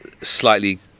slightly